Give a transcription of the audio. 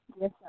Yes